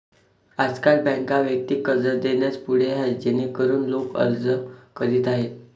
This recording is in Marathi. आजकाल बँका वैयक्तिक कर्ज देण्यास पुढे आहेत जेणेकरून लोक अर्ज करीत आहेत